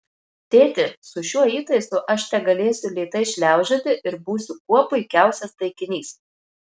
tėti su šiuo įtaisu aš tegalėsiu lėtai šliaužioti ir būsiu kuo puikiausias taikinys